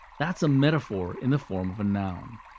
that's a metaphor in the form of a noun.